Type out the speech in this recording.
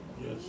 Yes